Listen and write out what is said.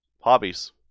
hobbies